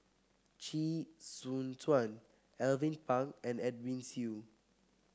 Chee Soon Juan Alvin Pang and Edwin Siew